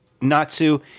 Natsu